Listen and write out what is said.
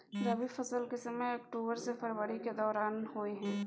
रबी फसल के समय अक्टूबर से फरवरी के दौरान होय हय